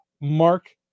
Mark